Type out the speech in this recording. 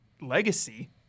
legacy